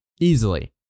easily